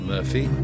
Murphy